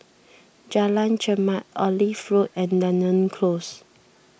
Jalan Chermat Olive Road and Dunearn Close